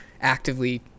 actively